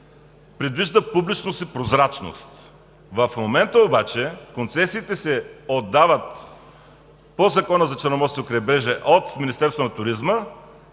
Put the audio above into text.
предвижда публичност и прозрачност. В момента обаче концесиите се отдават по Закона за Черноморското крайбрежие от Министерството на туризма